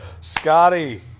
Scotty